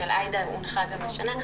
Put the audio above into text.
של עאידה הונחה גם השנה,